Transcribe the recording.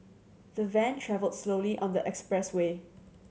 the van travelled slowly on the expressway